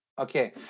okay